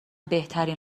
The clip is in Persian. بهترین